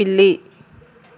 పిల్లి